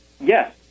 yes